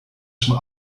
zum